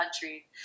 country